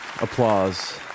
Applause